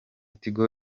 tigo